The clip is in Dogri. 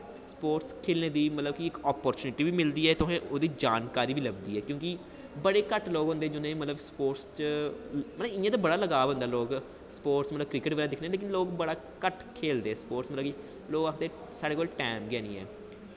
स्पोटस खेलने दी मतलब कि इक अप्परचुनटी बी मिलदी ऐ तुसें ओह्दी जानकारी बी लब्भदी ऐ क्योंकि बड़े घट्ट लोग होंदे जि'नें गी मतलब कि स्पोटस च मतलब इ'यां ते बड़ा लगाव होंदा लोग स्पोटस मतलब क्रिकट बगैरा दिखदे न लोग पर बड़ा घट्ट खेलदे स्पोटस मतलब कि लोग आखदे साढ़ै कोल टैम गै नेईं ऐ